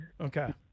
Okay